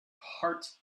heart